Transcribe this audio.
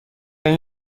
این